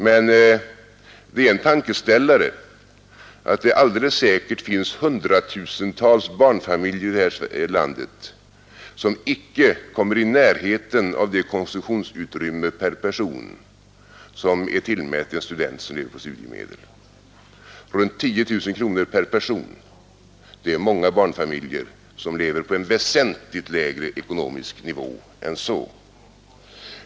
Men det är en tankeställare att det alldeles säkert finns hundratusentals barnfamiljer här i landet som icke kommer i närheten av det konsumtionsutrymme per person som är tillmätt en student som lever på studiemedel: 10 000 kronor per person. Det är många barnfamiljer som lever på en väsentligt lägre ekonomisk nivå än så.